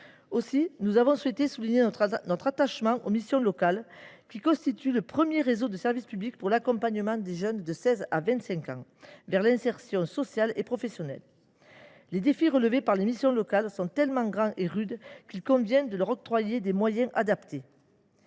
Philippe Grosvalet, notre attachement aux missions locales, qui constituent le premier réseau de service public pour l’accompagnement des jeunes de 16 à 25 ans vers l’insertion sociale et professionnelle. Les défis relevés par les missions locales sont si grands et si rudes qu’il convient de leur octroyer des moyens adaptés,